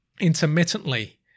intermittently